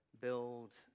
build